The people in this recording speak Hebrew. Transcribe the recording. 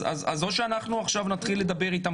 אז או שאנחנו עכשיו נתחיל לדבר איתם